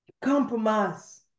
Compromise